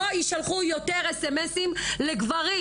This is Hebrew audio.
לא יישלחו יותר sms-ים לגברים,